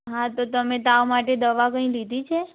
હા તો તમે તાવ માટે દવા કંઈ લીધી છે